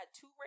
two